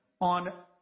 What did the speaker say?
on